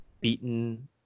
beaten